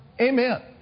Amen